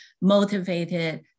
motivated